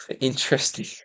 Interesting